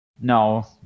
No